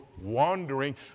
wandering